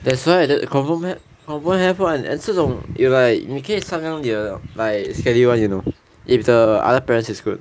that's why the confirm have confirm have [one] and 这种你 like 可以商量你的 like schedule [one] you know if like the other parent is good